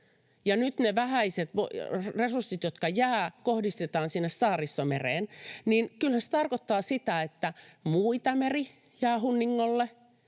ja nyt ne vähäiset resurssit, jotka jäävät, kohdistetaan sinne Saaristomereen, tarkoittaa kyllä sitä, että muu Itämeri jää hunningolle.